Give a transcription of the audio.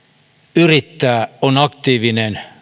yrittää on aktiivinen